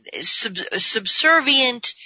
Subservient